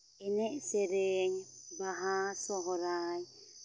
ᱮᱱᱮᱡ ᱥᱮᱨᱮᱧ ᱵᱟᱦᱟ ᱥᱚᱦᱨᱟᱭ